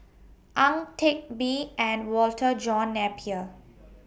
Ang Teck Bee and Walter John Napier